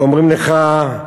אומרים לך: